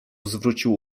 zwrócił